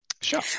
sure